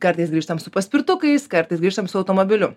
kartais grįžtam su paspirtukais kartais grįžtam su automobiliu